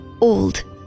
old